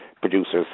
producers